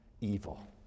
evil